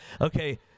okay